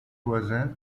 voisins